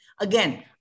Again